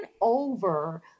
over